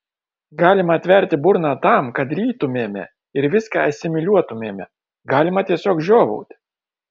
galima atverti burną tam kad rytumėme ir viską asimiliuotumėme galima tiesiog žiovauti